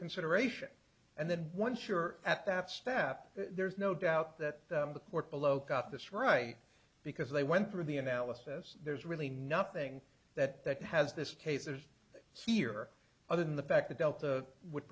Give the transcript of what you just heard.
consideration and then once you're at that step there's no doubt that the court below got this right because they went through the analysis there's really nothing that has this case there's a seer other than the fact that delta would